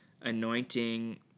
anointing